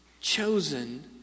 chosen